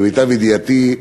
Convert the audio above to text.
למיטב ידיעתי,